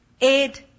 aid